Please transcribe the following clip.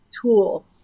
tool